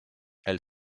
elle